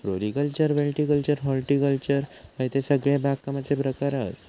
floriculture viticulture horticulture हयते सगळे बागकामाचे प्रकार हत